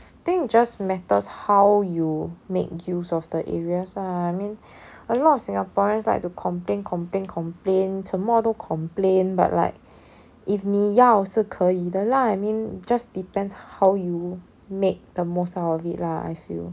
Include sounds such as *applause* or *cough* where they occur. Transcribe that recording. think just matters how you make use of the areas lah I mean *breath* a lot of singaporeans like to complain complain complain 什么都 complain but like if 你要是可以的 lah I mean just depends how you make the most out of it lah I feel